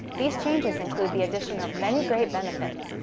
these changes include the addition of many great benefits,